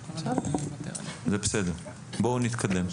זה בסדר, בואו נתקדם.